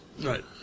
Right